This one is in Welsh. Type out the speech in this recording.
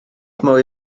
mwy